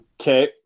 Okay